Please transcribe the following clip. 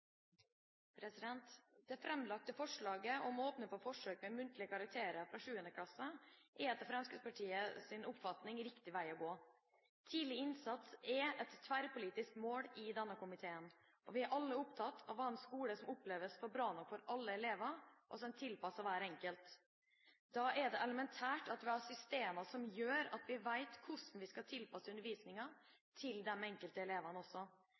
oppfatning riktig vei å gå. Tidlig innsats er et tverrpolitisk mål i denne komiteen, og vi er alle opptatt av å ha en skole som oppleves som bra nok for alle elever, og som er tilpasset hver enkelt. Da er det elementært at vi har systemer som gjør at vi vet hvordan vi skal tilpasse undervisningen til de enkelte elevene også.